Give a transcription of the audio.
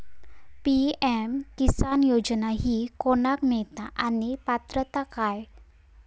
PM Kisan योजना ही कोणाक मिळता आणि पात्रता काय?